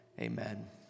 amen